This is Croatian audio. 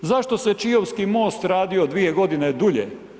Zašto se Čiovski most radio 2 godine dulje?